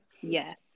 yes